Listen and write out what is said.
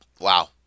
wow